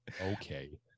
Okay